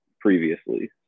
previously